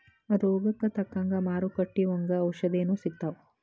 ರೋಗಕ್ಕ ತಕ್ಕಂಗ ಮಾರುಕಟ್ಟಿ ಒಂಗ ಔಷದೇನು ಸಿಗ್ತಾವ